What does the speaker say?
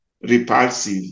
repulsive